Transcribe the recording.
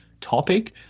topic